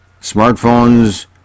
Smartphones